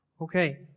Okay